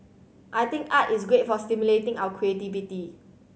I think art is great for stimulating our creativity